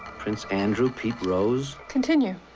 prince andrew, pete rose. continue.